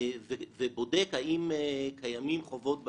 בודק האם קיימים חובות בעייתיים,